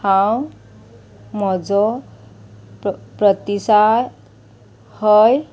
हांव म्हजो प्रतिसा हय